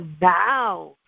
now